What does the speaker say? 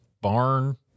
barn